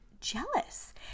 jealous